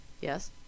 yes